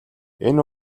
энэ